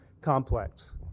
complex